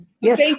Yes